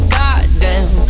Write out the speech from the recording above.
goddamn